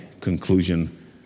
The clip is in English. conclusion